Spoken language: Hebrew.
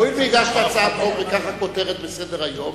הואיל והגשת הצעת חוק וזו הכותרת בסדר-היום,